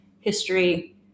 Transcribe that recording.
history